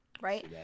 right